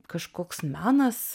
kažkoks menas